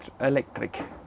Electric